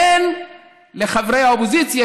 תן לחברי האופוזיציה,